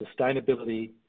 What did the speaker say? sustainability